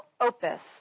opus